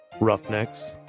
Roughnecks